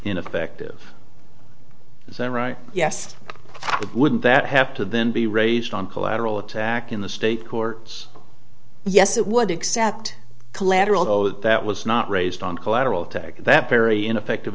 ineffective that's a right yes but wouldn't that have to then be raised on collateral attack in the state courts yes it would except collateral though that was not raised on collateral tech that very ineffective